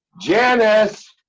Janice